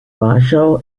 warschau